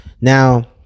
Now